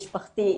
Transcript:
משפחתי,